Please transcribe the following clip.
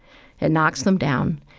it knocks them down.